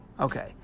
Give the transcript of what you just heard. Okay